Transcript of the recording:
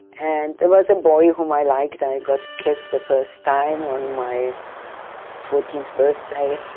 and there was a boy whom i liked, i got kissed the first time, on my fourteenth birthday,